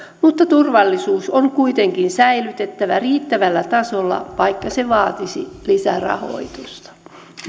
mutta turvallisuus on kuitenkin säilytettävä riittävällä tasolla vaikka se vaatisi lisärahoitusta